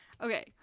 Okay